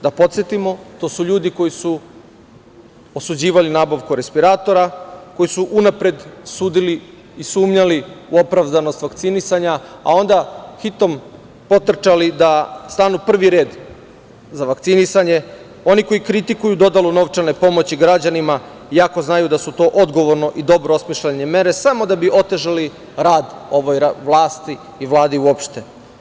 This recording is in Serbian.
Da podsetimo, to su ljudi koji su osuđivali nabavku respiratora, koji su unapred sudili i sumnjali u opravdanost vakcinisanja, a onda hitom potrčali da stanu prvi u red za vakcinisanje, oni koji kritikuju dodelu novčane pomoći građanima, iako znaju da su to odgovorno i dobro osmišljene mere, samo da bi otežali rad ovoj vlasti i Vladi uopšte.